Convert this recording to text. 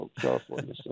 California